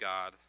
God